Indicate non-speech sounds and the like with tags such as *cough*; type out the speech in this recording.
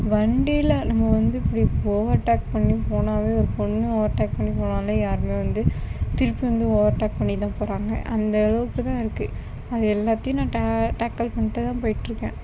வண்டியில் நம்ப வந்து இப்படி ஓவர்டேக் பண்ணி போனாலே ஒரு பொண் ஓவர் டேக் பண்ணி போனாலே *unintelligible* வந்து திருப்பி வந்து ஓவர்டேக் பண்ணிதான் போறாங்க அந்த அளவுக்குத்தான் இருக்கு அது எல்லாத்தையும் நான் டே டேக்கல் பண்ணிட்டுதான் போயிட்டிருக்கேன்